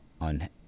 on